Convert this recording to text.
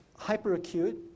hyperacute